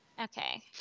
Okay